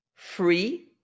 free